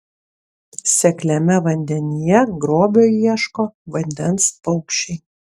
sekliame vandenyje grobio ieško vandens paukščiai